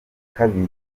kabiri